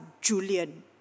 Julian